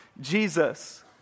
Jesus